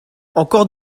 encore